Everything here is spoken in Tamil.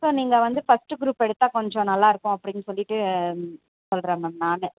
ஸோ நீங்கள் வந்து ஃபஸ்ட்டு குரூப் எடுத்தால் கொஞ்சம் நல்லாயிருக்கும் அப்படின்னு சொல்லிவிட்டு சொல்கிறேன் மேம் நான்